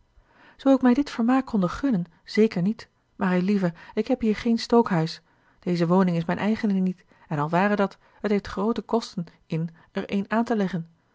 zoo ik mij dit vermaak konde gunnen zeker niet maar eilieve ik heb hier geen stookhuis deze woning is mijne eigene niet en al ware dat het heeft groote kosten in er een aan te leggen